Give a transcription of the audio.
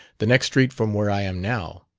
the next street from where i am now.